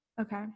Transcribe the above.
okay